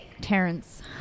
Terrence